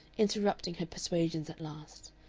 interrupting her persuasions at last.